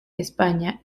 españa